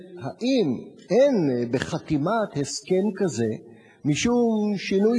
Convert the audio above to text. האם אין בחתימת הסכם כזה משום שינוי